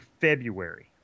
February